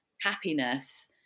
happiness